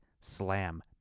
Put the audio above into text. slam